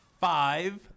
five